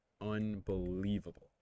unbelievable